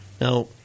Now